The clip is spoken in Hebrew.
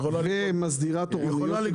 היא יכולה לגבות.